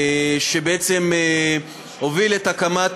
שבעצם הוביל את הקמת